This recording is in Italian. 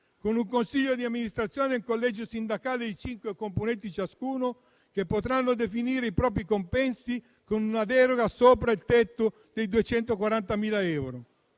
con un consiglio di amministrazione e un collegio sindacale di cinque componenti ciascuno, che potranno definire i propri compensi con una deroga sopra il tetto di 240.000 euro.